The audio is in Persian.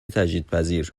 تجدیدپذیر